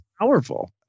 powerful